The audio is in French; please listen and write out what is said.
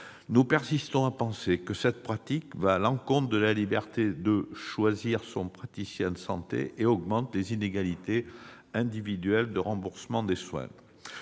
Nous persistons à penser que cette pratique va à l'encontre de la liberté de choisir son praticien de santé et augmente les inégalités individuelles de remboursement des soins.